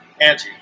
Angie